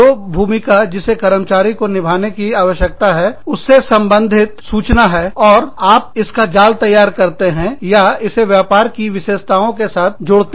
तो भूमिका जिसे कर्मचारियों को निभाने की आवश्यकता हैउसे संबंधित सूचना है और आप इसका जाल तैयार करते हैं या इसे व्यापार की विशेषताओं के साथ जोड़ते हैं